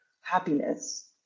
happiness